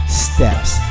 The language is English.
steps